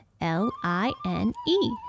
L-I-N-E